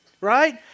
Right